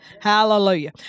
Hallelujah